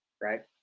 Right